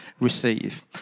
receive